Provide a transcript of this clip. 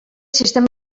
sistema